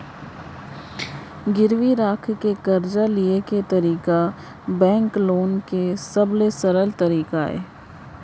गिरवी राख के करजा लिये के तरीका बेंक लोन के सबले सरल तरीका अय